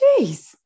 Jeez